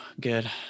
Good